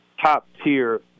top-tier